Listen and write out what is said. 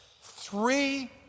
Three